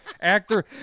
Actor